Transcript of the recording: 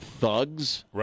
thugs